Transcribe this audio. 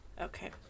Okay